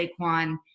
Saquon